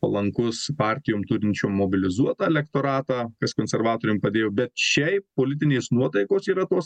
palankus partijom turinčiom mobilizuotą elektoratą kas konservatoriam padėjo šiaip politinės nuotaikos yra tos